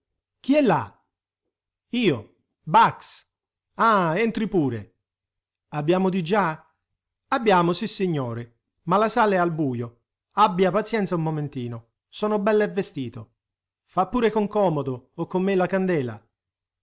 chi è là io bax ah entri pure abbiamo di già abbiamo sissignore ma la sala è al bujo abbia pazienza un momentino son bell'e vestito fà pure con comodo ho con me la candela